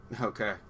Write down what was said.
Okay